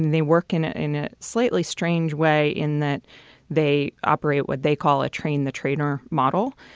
and they work in in a slightly strange way in that they operate what they call a train, the trainer model.